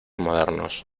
modernos